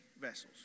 vessels